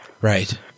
Right